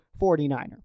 49er